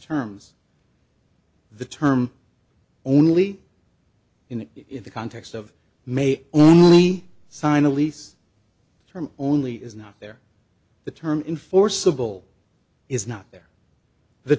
terms the term only in the context of may only sign a lease term only is not there the term in forcible is not there the